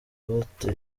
bate